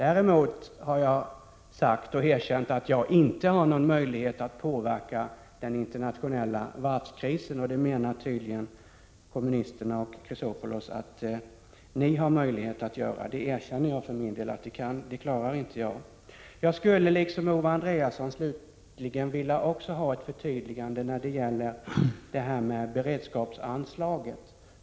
Jag har emellertid erkänt att jag inte har någon möjlighet att påverka den internationella varvskrisen. Alexander Chrisopoulos och övriga inom vpk anser tydligen att man har möjlighet att göra detta. Men jag erkänner alltså för min del att jag inte kan klara den saken. Liksom Owe Andréasson skulle jag slutligen vilja be om ett förtydligande när det gäller detta med beredskapsanslaget.